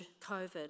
COVID